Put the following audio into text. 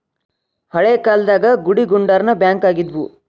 ಹಳೇ ಕಾಲ್ದಾಗ ಗುಡಿಗುಂಡಾರಾನ ಬ್ಯಾಂಕ್ ಆಗಿದ್ವು